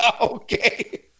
Okay